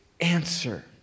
answer